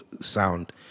sound